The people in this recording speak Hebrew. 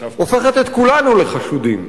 הופכת את כולנו לחשודים.